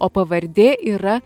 o pavardė yra